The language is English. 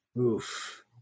Oof